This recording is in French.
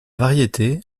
variété